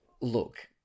Look